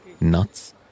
nuts